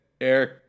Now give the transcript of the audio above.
Eric